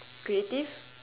creative